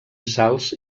salts